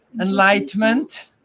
enlightenment